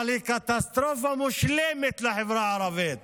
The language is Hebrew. אבל היא קטסטרופה מושלמת לחברה הערבית.